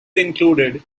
included